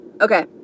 Okay